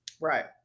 right